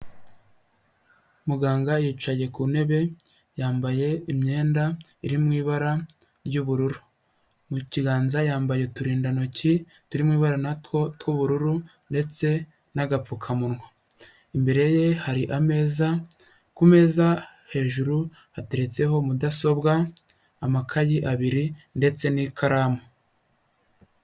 Muganga yicaye ku ntebe yambaye imyenda iri mu ibara ry'ubururu mu kiganza yambaye uturindantoki turimo ibara na two tw'ubururu ndetse n'agapfukamunwa imbere ye hari ameza. Ku meza hejuru hateretseho mudasobwa, amakayi abiri ndetse n'ikaramu.